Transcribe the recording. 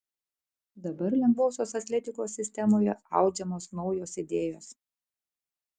dabar lengvosios atletikos sistemoje audžiamos naujos idėjos